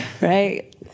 right